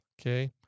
Okay